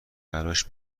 براش